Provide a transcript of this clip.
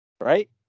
Right